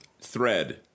Thread